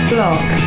Block